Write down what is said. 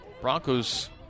Broncos